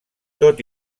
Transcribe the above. tot